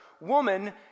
woman